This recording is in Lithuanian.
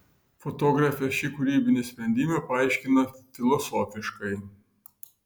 fotografė šį kūrybinį sprendimą paaiškina filosofiškai